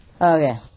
Okay